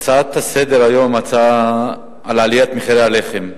ההצעה לסדר-היום היום היא הצעה על עליית מחירי הלחם,